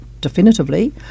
definitively